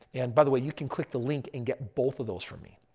and by the way you can click the link and get both of those from me.